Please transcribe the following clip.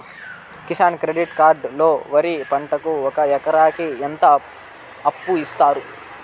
Kisan credit card లో వరి పంటకి ఒక ఎకరాకి ఎంత అప్పు ఇస్తారు?